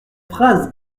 phrase